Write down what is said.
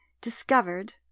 Discovered